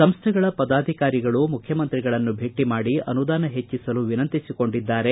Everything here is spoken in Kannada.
ಸಂಸ್ಥೆಗಳ ಪದಾಧಿಕಾರಿಗಳೂ ಮುಖ್ಯಮಂತ್ರಿಗಳನ್ನು ಭೆಟ್ಟಿ ಮಾಡಿ ಅನುದಾನ ಹೆಚ್ಚಿಸಲು ವಿನಂತಿಸಿಕೊಂಡಿದ್ದಾರೆ